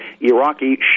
Iraqi